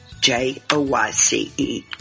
J-O-Y-C-E